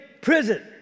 prison